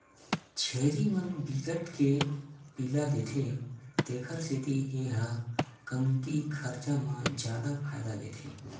छेरी मन बिकट के पिला देथे तेखर सेती ए ह कमती खरचा म जादा फायदा देथे